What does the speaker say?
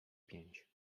pięć